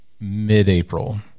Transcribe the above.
mid-April